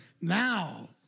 now